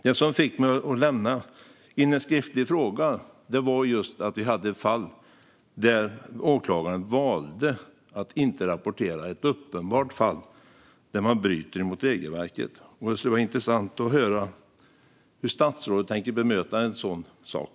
Det som fick mig att lämna in en skriftlig fråga var just ett fall där åklagaren valde att inte rapportera ett uppenbart brott mot regelverket. Det skulle vara intressant att höra hur statsrådet tänker bemöta en sådan sak.